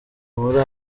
muri